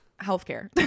healthcare